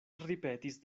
ripetis